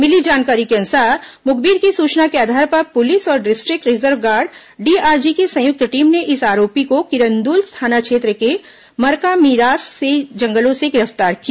मिली जानकारी के अनुसार मुखबिर की सूचना के आधार पर पुलिस और डिस्ट्रिक्ट रिजर्व गार्ड डीआरजी की संयुक्त टीम ने इस आरोपी को किरंदुल थाना क्षेत्र के मरकामीरास के जंगलों से गिरफ्तार किया